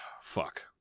fuck